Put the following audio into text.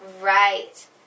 right